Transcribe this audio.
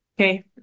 Okay